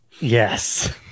Yes